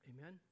Amen